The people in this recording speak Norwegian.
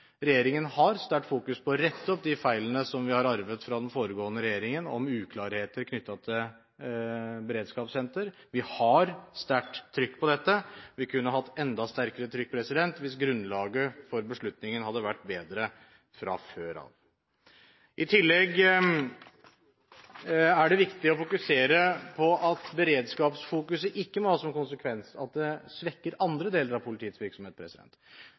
å rette opp de feilene som vi har arvet fra den foregående regjeringen om uklarheter knyttet til beredskapssenter. Vi har sterkt trykk på dette. Vi kunne hatt enda sterkere trykk hvis grunnlaget for beslutningen hadde vært bedre fra før av. I tillegg er det viktig å fokusere på at beredskapsfokuset ikke må ha som konsekvens at det svekker andre deler av politiets virksomhet.